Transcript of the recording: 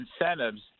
incentives